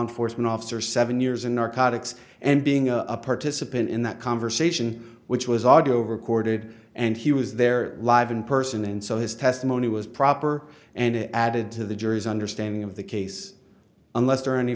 enforcement officer seven years in narcotics and being a participant in that conversation which was audio recorded and he was there live in person and so his testimony was proper and it added to the jury's understanding of the case unless there a